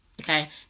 okay